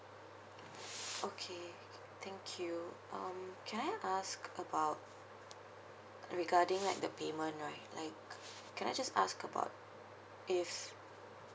okay thank you um can I ask about regarding like the payment right like can I just ask about if